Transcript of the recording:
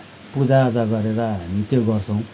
पूजाआजा गरेर हामी त्यो गर्छौँ